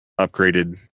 upgraded